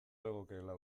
legokeela